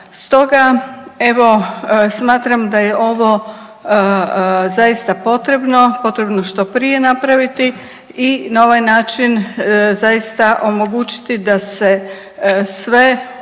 Stoga evo smatram da je ovo zaista potrebno, potrebno što prije napraviti i na ovaj način zaista omogućiti da se sve